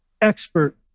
expert